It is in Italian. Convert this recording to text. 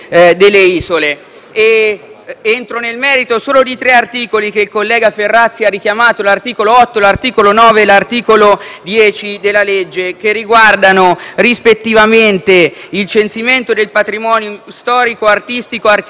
Entro nel merito solo dei tre articoli richiamati dal collega Ferrazzi: l'articolo 8, l'articolo 9 e l'articolo 10 della legge, che riguardano, rispettivamente, il censimento del patrimonio storico, artistico, archeologico e monumentale, il